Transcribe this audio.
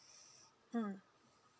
mm